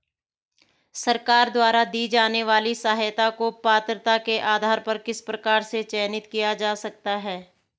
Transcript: सरकार द्वारा दी जाने वाली सहायता को पात्रता के आधार पर किस प्रकार से चयनित किया जा सकता है?